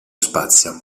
spazio